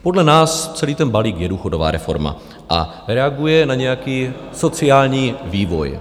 Podle nás celý ten balík je důchodová reforma a reaguje na nějaký sociální vývoj.